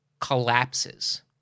collapses